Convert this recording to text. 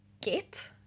get